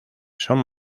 son